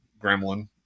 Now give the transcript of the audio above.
Gremlin